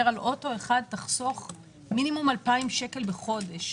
על אוטו אחד תחסוך מינימום 2,000 שקל בחודש,